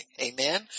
Amen